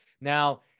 Now